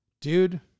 dude